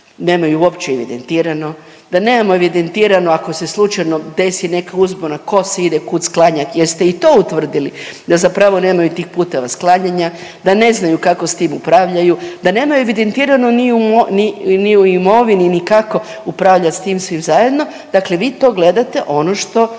nemaju uopće evidentirano, da nemamo ako se slučajno desi neka uzbuna, tko se ide kud sklanjati, jer ste i to utvrdili, da zapravo nemaju tih puteva sklanjanja, da ne znaju kako s tim upravljaju, da nemaju evidentirano ni u imovini ni kako upravljati s tim svim zajedno, dakle vi to gledate ono što